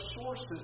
sources